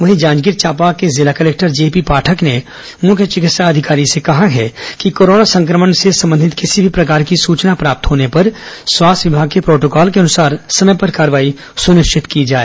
वहीं जांजगीर चांपा के जिला कलेक्टर जेपी पाठक ने मुख्य चिकित्सा अधिकारी से कहा है कि कोरोना संक्रमण से संबंधित किसी भी प्रकार की सचना प्राप्त होने पर स्वास्थ्य विभाग के प्रोटोकॉल के अनुसार समय पर कार्रवाई सुनिश्चित की जाए